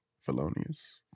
felonious